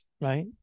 right